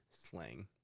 Slang